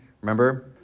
Remember